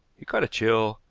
he caught a chill,